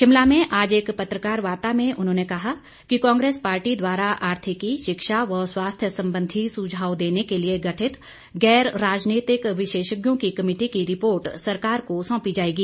शिमला में आज एक पत्रकार वार्ता में उन्होंने कहा कि कांग्रेस पार्टी द्वारा आर्थिकी शिक्षा व स्वास्थ्य संबंधी सुझाव देने के लिए गठित गैर राजनीतिक विशेषज्ञों की कमेटी की रिपोर्ट सरकार को सौंपी जाएगी